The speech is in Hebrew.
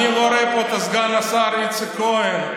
אני לא רואה פה את סגן השר איציק כהן,